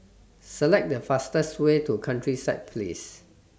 Select The fastest Way to Countryside Place